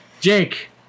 Jake